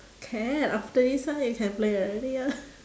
can after this one you can play already ah